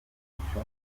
gukinisha